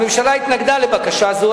הממשלה התנגדה לבקשה זו.